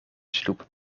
sloep